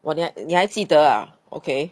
!wah! 你还你还记得 ah okay